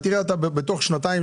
אתה תראה אותה תוך שנתיים,